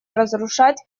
разрушать